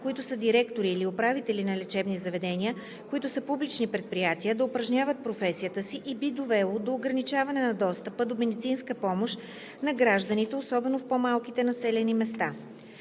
които са директори или управители на лечебни заведения, които са публични предприятия, да упражняват професията си и би довело до ограничаване на достъпа до медицинска помощ на гражданите, особено в по-малките населени места.